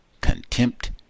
contempt